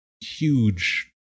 huge